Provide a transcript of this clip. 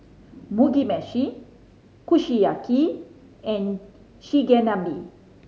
Mugi Meshi Kushiyaki and Chigenabe